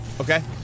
Okay